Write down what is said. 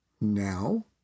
now